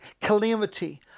calamity